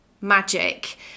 magic